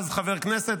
אז חבר כנסת,